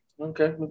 okay